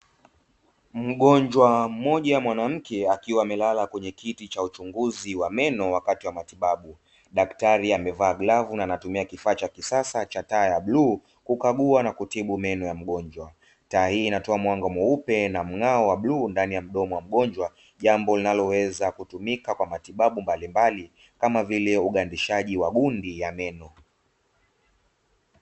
Mgonjwa mmoja mwanamke akiwa amelala kwenye kiti cha chunguzi wa meno wakati wa matibabu. Daktari amevaa galvu na anatumia kifaa cha kisasa cha taa ya bluu kukagua na kutibu meno ya mgonjwa. Taa hii inatoa mwanga mweupe na mng'ao wa bluu ndani ya mdomo wa mgonjwa, jambo linaloweza kutumika kwa matibabu mbalimbali kama vile ugandishaji wa gundi ya meno.